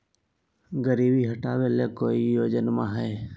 गरीबी हटबे ले कोई योजनामा हय?